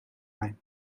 mij